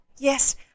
Yes